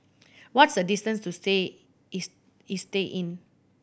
what is the distance to stay is Istay Inn